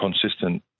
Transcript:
consistent